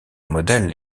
modèle